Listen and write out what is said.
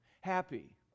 happy